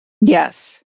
Yes